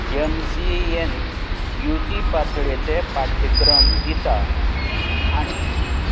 M C A N U G पातळेचे पाठ्यक्रम दिता आनी